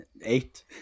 eight